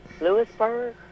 Lewisburg